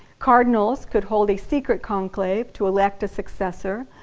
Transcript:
cardinals could hold a secret conclave to elect a successor,